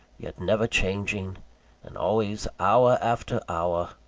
yet never changing and always hour after hour,